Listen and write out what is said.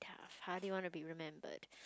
hardly want to be remembered